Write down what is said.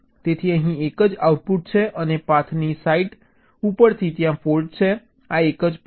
તેથી અહીં એક જ આઉટપુટ છે અને પાથની સાઇટ ઉપરથી ત્યાં ફોલ્ટ છે આ એક જ પાથ છે